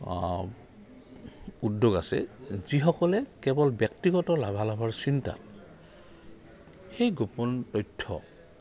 উদ্যোগ আছে যিসকলে কেৱল ব্যক্তিগত লাভালাভাৰ চিন্তাত সেই গোপন তথ্য